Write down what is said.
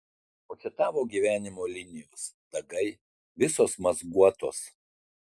o čia tavo gyvenimo linijos dagai visos mazguotos